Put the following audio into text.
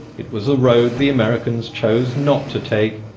it was a road the americans chose not to take.